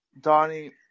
Donnie